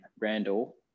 Randall